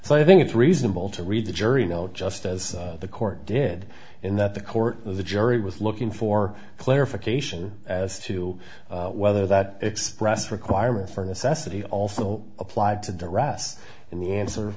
so i think it's reasonable to read the jury note just as the court did in that the court the jury was looking for clarification as to whether that express requirement for necessity also applied to derive us in the answer